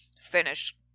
finish